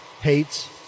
hates